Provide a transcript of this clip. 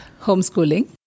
homeschooling